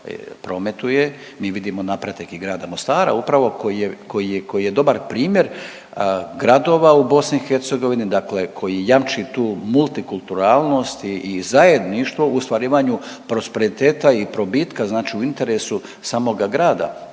prometuje. Mi vidimo napredak i grada Mostara upravo koji je, koji je, koji je dobar primjer gradova u BIH, dakle koji jamči tu multikulturalnost i zajedništvo u ostvarivanju prosperiteta i probitka znači u interesu samoga grada.